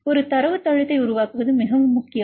ஒரு தரவுத்தளத்தை உருவாக்குவது மிகவும் முக்கியம்